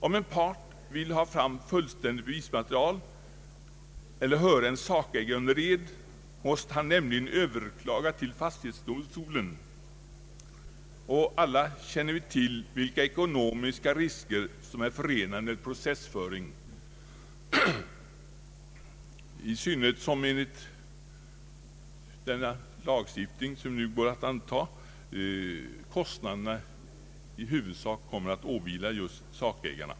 Om en part vill ha fram fullständigt bevismaterial eller höra en sakägare under ed måste han nämligen överklaga till fastighetsdomstolen, och alla känner vi till vilka ekonomiska risker som är förenade med processföring, i synnerhet som enligt den lagstiftning vi nu går att anta kostnaderna i huvudsak kommer att åvila just sakägarna.